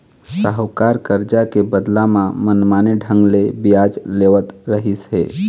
साहूकार करजा के बदला म मनमाने ढंग ले बियाज लेवत रहिस हे